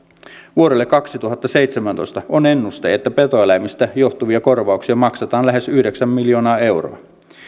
vuodelle kaksituhattaseitsemäntoista on ennuste että petoeläimistä johtuvia korvauksia maksetaan lähes yhdeksän miljoonaa euroa